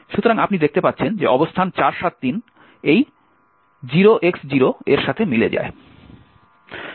সুতরাং আপনি দেখতে পাচ্ছেন যে অবস্থান 473 এই 0X0 এর সাথে মিলে যায়